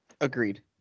Agreed